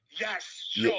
Yes